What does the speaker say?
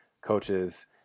coaches